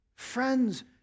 Friends